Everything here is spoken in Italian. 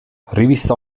rivista